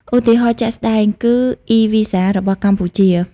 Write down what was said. ឧទាហរណ៍ជាក់ស្តែងគឺ (eVisa) របស់កម្ពុជា។